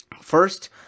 first